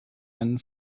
einen